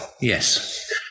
Yes